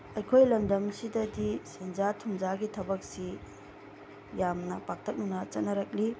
ꯑꯩꯈꯣꯏ ꯂꯝꯗꯝꯁꯤꯗꯗꯤ ꯁꯦꯟꯖꯥ ꯊꯨꯝꯖꯥꯒꯤ ꯊꯕꯛꯁꯤ ꯌꯥꯝꯅ ꯄꯥꯛꯇꯛꯅꯅ ꯆꯠꯅꯔꯛꯂꯤ